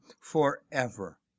forever